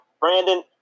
Brandon